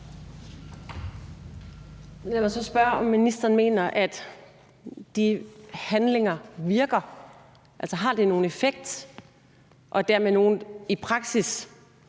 Lad mig så spørge, om ministeren mener de handlinger virker. Altså, har det nogen effekt, og er det dermed en i praksis